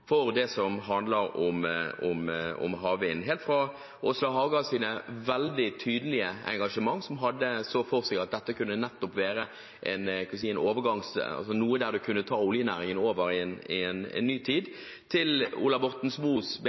for det som handler om havvind. Helt fra Åslaug Hagas veldig tydelige engasjement, der hun så for seg at dette kunne være noe som kunne ta oljenæringen over i en ny tid, til Ola Borten Moes mer kalde skulder mot offshore vind og veldig tydelige nei, dette var ikke noe man skulle satse på, og til